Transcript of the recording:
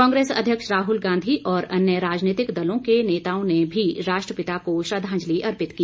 कांग्रेस अध्यक्ष राहल गांधी और अन्य राजनीतिक दलों के नेताओं ने भी राष्ट्रपिता को श्रद्धांजलि अर्पित की